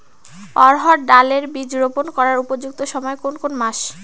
অড়হড় ডাল এর বীজ রোপন করার উপযুক্ত সময় কোন কোন মাস?